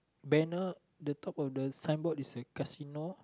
banner the top of the signboard is the casino